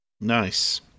Nice